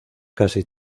casi